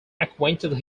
acquainted